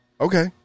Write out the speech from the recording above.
Okay